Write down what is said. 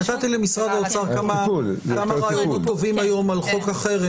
היום נתתי למשרד האוצר כמה רעיונות טובים על חוק אחר,